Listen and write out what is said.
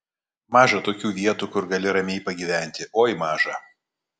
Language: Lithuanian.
maža tokių vietų kur gali ramiai pagyventi oi maža